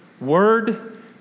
word